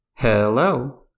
Hello